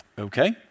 okay